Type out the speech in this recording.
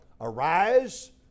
Arise